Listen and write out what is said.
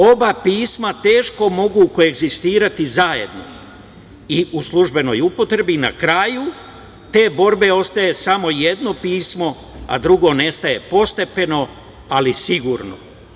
Oba pisma teško mogu koegzistirati zajedno i u službenoj upotrebi i na kraju te borbe ostaje samo jedno pismo, a drugo nestaje postepeno, ali sigurno.